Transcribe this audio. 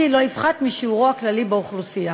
לא יפחת משיעורו הכללי באוכלוסייה.